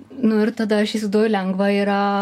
nu ir tada aš įsivaizduoju lengva yra